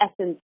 essence